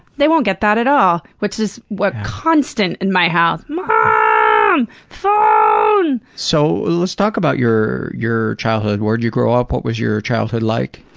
they won't get that at all, which is was constant in my house. mom! ah um phone! so, let's talk about your your childhood. where'd you grow up? what was your childhood like?